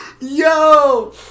Yo